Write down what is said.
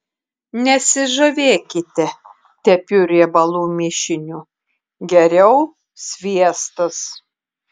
nesižavėkite tepiu riebalų mišiniu geriau sviestas